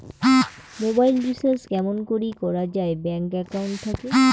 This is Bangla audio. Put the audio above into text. মোবাইল রিচার্জ কেমন করি করা যায় ব্যাংক একাউন্ট থাকি?